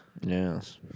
Yes